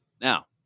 Now